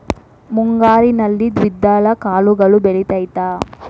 ಮುಂಗಾರಿನಲ್ಲಿ ದ್ವಿದಳ ಕಾಳುಗಳು ಬೆಳೆತೈತಾ?